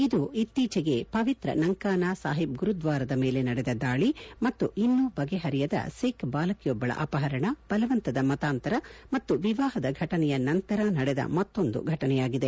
ಇದು ಇತ್ತೀಚೆಗೆ ಪವಿತ್ರ ನಂಕಾನಾ ಸಾಹಿಬ್ ಗುರುದ್ನಾರದ ಮೇಲೆ ನಡೆದ ದಾಳಿ ಮತ್ತು ಇನ್ನೂ ಬಗೆಪರಿಯದ ಸಿಖ್ ಬಾಲಕಿಯೊಬ್ಲಳ ಅಪಹರಣ ಬಲವಂತದ ಮತಾಂತರ ಮತ್ತು ವಿವಾಪದ ಫಟನೆಯ ನಂತರ ನಡೆದ ಮತ್ತೊಂದು ಪ್ರಕರಣವಾಗಿದೆ